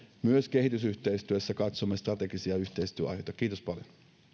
myös kehitysyhteistyössä katsomme strategisia yhteistyöaiheita kiitos paljon